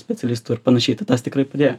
specialistu ir panašiai tai tas tikrai padėjo